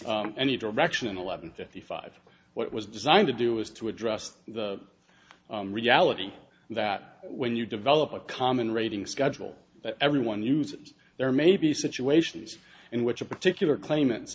any direction in eleven fifty five what it was designed to do was to address the reality that when you develop a common rating schedule everyone uses there may be situations in which a particular claimants